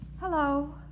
Hello